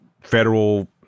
federal